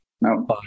No